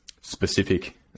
specific